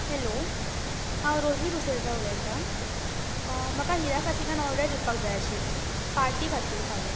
hello हांव रोजी डुसेजा उलयतां म्हाका ऑर्डर दिवपाक जाय आशिल्ली पार्टी खातीर फाल्यां